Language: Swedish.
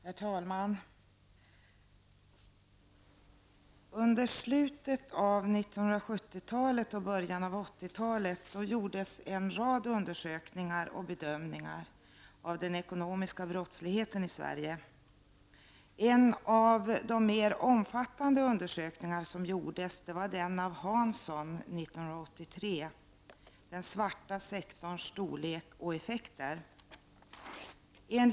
Herr talman! Under slutet av 1970-talet och början av 1980-talet gjordes en rad undersökningar och bedömningar av den ekonomiska brottsligheten i Sverige. En av de mer omfattande undersökningarna gjordes av Hansson 1983, Den svarta sektorns storlek och effekter.